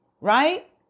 right